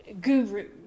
guru